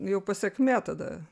jau pasekmė tada